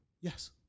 Yes